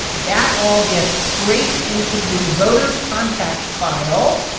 that all gets scraped into the voter contact file.